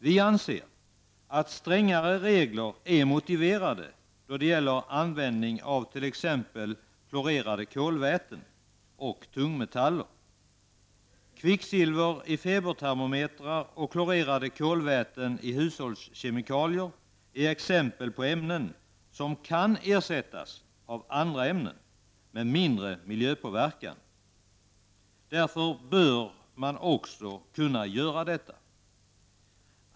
Vi anser att strängare regler är motiverade när det gäller användning av t.ex. klorerade kolväten och tungmetaller. Kvicksilver i febertermometrar och klorerade kolväten i hushållskemikalier är exempel på ämnen som kan ersättas av andra ämnen med mindre miljöpåverkan. Därför bör de också kunna ersättas.